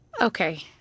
okay